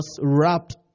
wrapped